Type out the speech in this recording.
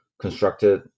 constructed